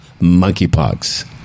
monkeypox